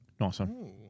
Awesome